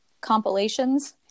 compilations